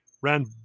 ran